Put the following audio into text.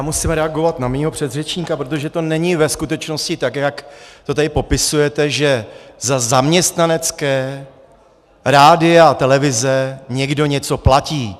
Musím reagovat na mého předřečníka, protože to není ve skutečnosti tak, jak to tady popisujete, že za zaměstnanecká rádia a televize někdo něco platí.